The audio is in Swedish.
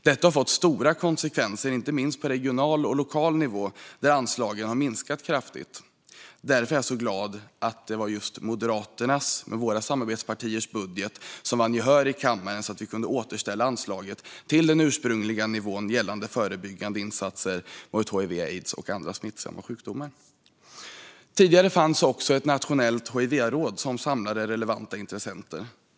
Detta har fått stora konsekvenser, inte minst på regional och lokal nivå, där anslagen har minskat kraftigt. Därför är jag så glad över att just Moderaternas och våra samarbetspartiers budget vann gehör i kammaren, så att vi kunde återställa anslaget till den ursprungliga nivån gällande förebyggande insatser mot hiv/aids och andra smittsamma sjukdomar. Tidigare fanns också ett nationellt hivråd som samlade relevanta intressenter.